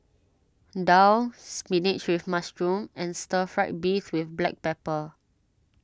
Daal Spinach with Mushroom and Stir Fried Beef with Black Pepper